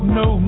no